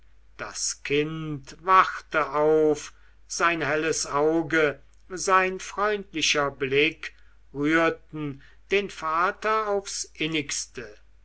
das kind wachte auf sein helles auge sein freundlicher blick rührten den vater aufs innigste